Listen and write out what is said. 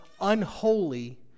unholy